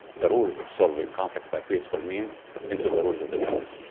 the rules of solving conflicts by peaceful means into the rules of the jungle.